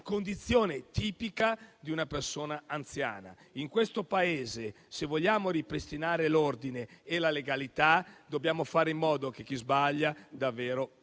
vulnerabilità, tipica di una persona anziana. In questo Paese, se vogliamo ripristinare l'ordine e la legalità, dobbiamo fare in modo che chi sbaglia paghi davvero